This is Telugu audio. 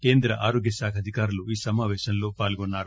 కేంద్ర ఆరోగ్యశాఖ అధికారులు ఈ సమాపేశంలో పాల్గొన్నారు